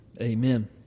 Amen